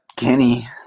Kenny